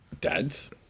dads